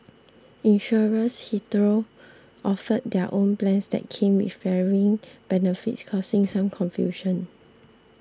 insurers hitherto offered their own plans that came with varying benefits causing some confusion